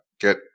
get